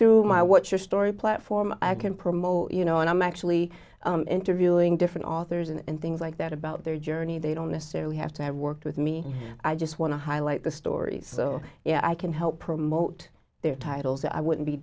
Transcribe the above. through my what your story platform i can promote you know and i'm actually interviewing different authors and things like that about their journey they don't necessarily have to have worked with me i just want to highlight the story so yeah i can help promote their titles i wouldn't be